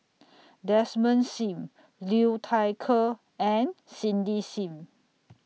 Desmond SIM Liu Thai Ker and Cindy SIM